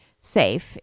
safe